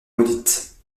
maudite